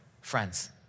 friends